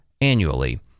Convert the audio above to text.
annually